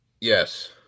Yes